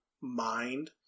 mind